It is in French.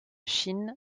chine